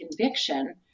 conviction